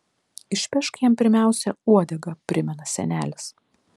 išpešk jam pirmiausia uodegą primena senelis